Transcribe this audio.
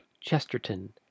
Chesterton